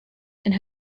and